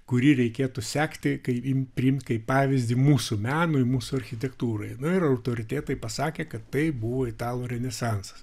kurį reikėtų sekti kai priimti kaip pavyzdį mūsų menui mūsų architektūrai na ir autoritetai pasakė kad tai buvo italų renesansas